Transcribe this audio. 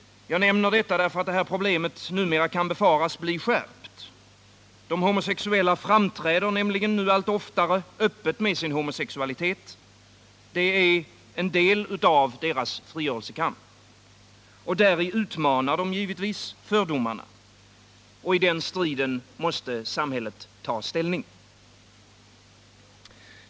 Jag nämner detta därför att detta problem nu kan befaras bli skärpt. De homosexuella framträder nu allt oftare öppet med sin homosexualitet — detta är en del av deras frigörelsekamp. Däri utmanar de givetvis fördomarna. I den striden måste samhället ta ställning.